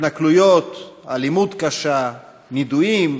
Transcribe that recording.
התנכלויות, אלימות קשה, נידויים,